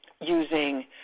using